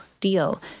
deal